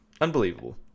Unbelievable